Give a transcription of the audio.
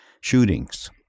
shootings